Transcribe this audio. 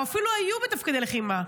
או אפילו היו בתפקידי לחימה,